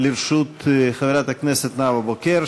לרשות חברת הכנסת נאוה בוקר,